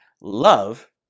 love